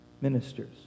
ministers